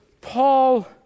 Paul